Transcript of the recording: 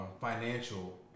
financial